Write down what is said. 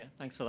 thanks a lot.